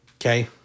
Okay